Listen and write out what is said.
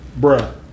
Bruh